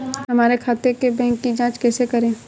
हमारे खाते के बैंक की जाँच कैसे करें?